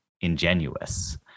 ingenuous